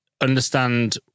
understand